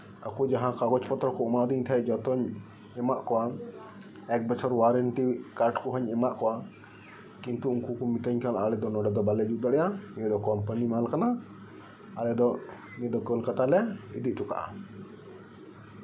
ᱟᱠᱚ ᱡᱟᱦᱟᱸ ᱠᱟᱜᱚᱡᱽ ᱯᱚᱛᱛᱨᱚ ᱠᱚ ᱮᱢᱟ ᱟᱹᱫᱤᱧ ᱛᱟᱦᱮᱸᱫ ᱡᱚᱛᱚᱧ ᱮᱢᱟᱜ ᱠᱚᱣᱟ ᱮᱠ ᱵᱚᱪᱷᱚᱨ ᱳᱣᱟᱨᱮᱱᱴᱤ ᱠᱟᱨᱰ ᱠᱚᱦᱚᱧ ᱮᱢᱟᱜ ᱠᱚᱣᱟ ᱠᱤᱱᱛᱩ ᱩᱱᱠᱩ ᱠᱚ ᱢᱮᱛᱤᱧ ᱠᱟᱱᱟ ᱟᱞᱮ ᱫᱚ ᱱᱚᱰᱮ ᱫᱚ ᱵᱟᱞᱮ ᱡᱩᱛ ᱫᱟᱲᱮᱭᱟᱜᱼᱟ ᱱᱤᱭᱟᱹ ᱫᱚ ᱠᱳᱢᱯᱟᱱᱤ ᱢᱟᱞ ᱠᱟᱱᱟ ᱟᱞᱮ ᱫᱚ ᱱᱤᱭᱟᱹ ᱫᱚ ᱠᱳᱞᱠᱟᱛᱮᱞᱮ ᱤᱫᱤ ᱦᱚᱴᱚ ᱠᱟᱜᱼᱟ